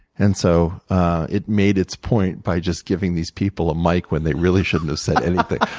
and so it made its point by just giving these people a mike when they really shouldn't have said anything.